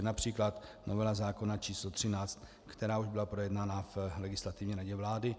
Například novela zákona číslo 13, která už byla projednána v Legislativní radě vlády.